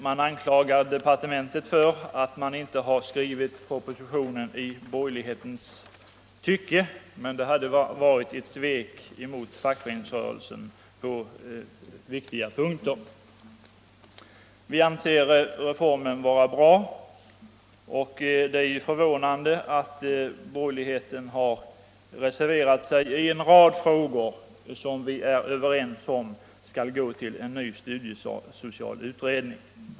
Man anklagar departementet för att propositionen inte har skrivits i borgerlighetens anda, men det skulle ha varit ett svek mot fackföreningsrörelsen på viktiga punkter. Vi anser att reformen är bra och det är förvånande att borgerligheten har reserverat sig i en rad frågor, som man är överens om skall gå till en ny studiesocial utredning.